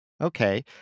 Okay